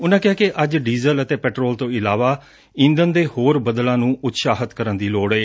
ਉਨਾਂ ਕਿਹਾ ਕਿ ਅੱਜ ਡੀਜ਼ਲ ਅਤੇ ਪੈਟਰੋਲ ਤੋਂ ਇਲਾਵਾ ਈਧਣ ਦੇ ਹੋਰ ਬਦਲਾਂ ਨੂੰ ਉਤਸ਼ਾਹਿਤ ਕਰਨ ਦੀ ਲੋੜ ਏ